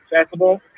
accessible